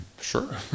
Sure